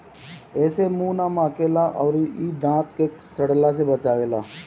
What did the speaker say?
एसे मुंह ना महके ला अउरी इ दांत के सड़ला से बचावेला